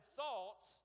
thoughts